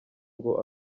ngo